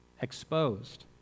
exposed